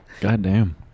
Goddamn